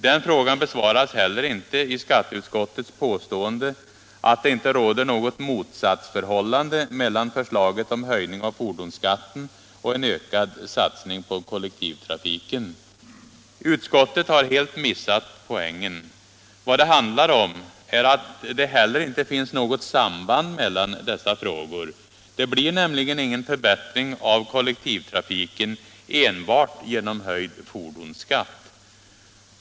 Den besvaras inte heller i skatteutskottets påstående att det inte råder något motsatsförhållande mellan förslaget om höjning av fordonsskatten och en ökad satsning på kollektivtrafiken. Utskottet har helt missat poängen. Vad det handlar om är att det inte heller finns något samband mellan dessa frågor. Det blir nämligen ingen förbättring av kollektivtrafiken enbart genom höjd fordonsskatt.